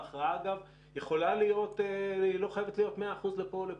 והכרעה לא חייבת להיות מאה אחוז לפה או לפה.